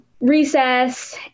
recess